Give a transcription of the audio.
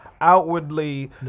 outwardly